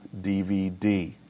DVD